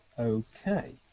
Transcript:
Okay